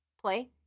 play